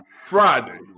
Friday